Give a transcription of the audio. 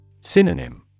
Synonym